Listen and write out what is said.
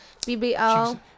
BBL